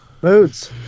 Boots